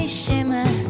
shimmer